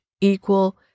equal